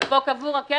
ופה קבור הכלב.